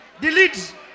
delete